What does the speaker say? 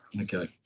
Okay